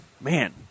man